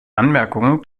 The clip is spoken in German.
anmerkungen